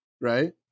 Right